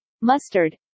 mustard